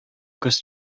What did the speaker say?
күз